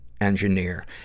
engineer